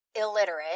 illiterate